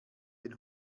den